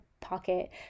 pocket